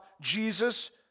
Jesus